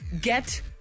get